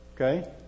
Okay